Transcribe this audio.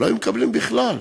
לא היו מקבלים בכלל.